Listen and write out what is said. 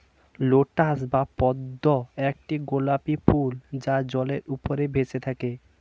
lotus বা পদ্ম একটি গোলাপী ফুল যা জলের উপর ভেসে থাকে